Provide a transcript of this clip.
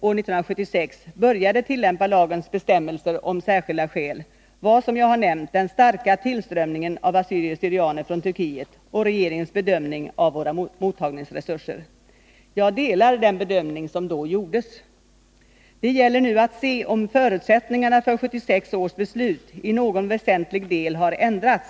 år 1976 började tillämpa lagens bestämmelser om ”särskilda skäl” var, som jag har nämnt, den starka tillströmningen av assyrier/syrianer från Turkiet och regeringens bedömning av våra mottagningsresurser. Jag delar den bedömning som då gjordes. Det gäller nu att se om förutsättningarna för 1976 års beslut i någon väsentlig del har förändrats.